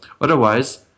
Otherwise